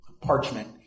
parchment